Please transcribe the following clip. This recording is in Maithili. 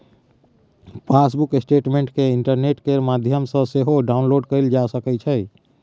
पासबुक स्टेटमेंट केँ इंटरनेट केर माध्यमसँ सेहो डाउनलोड कएल जा सकै छै